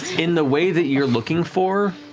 in the way that you're looking for,